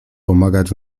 pomagać